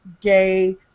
gay